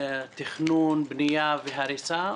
תכנון בנייה והריסה,